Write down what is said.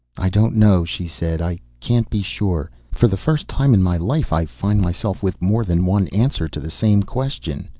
i don't know, she said. i can't be sure. for the first time in my life i find myself with more than one answer to the same question.